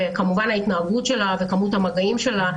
ההתנהגות שלה וכמות המגעים שלה.